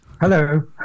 Hello